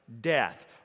death